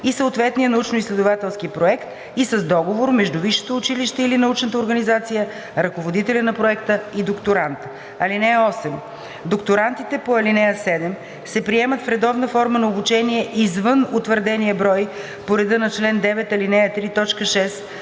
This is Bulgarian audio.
и съответния научноизследователски проект, и с договор между висшето училище или научната организация, ръководителя на проекта и докторанта. (8) Докторантите по ал. 7 се приемат в редовна форма на обучение извън утвърдения брой по реда на чл. 9, ал. 3, т.